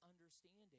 understanding